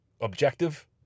objective